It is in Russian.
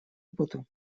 опыту